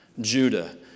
Judah